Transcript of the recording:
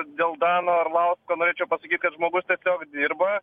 dėl dano arlausko norėčiau pasakyt kad žmogus tiesiog dirba